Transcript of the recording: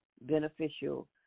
beneficial